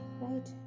right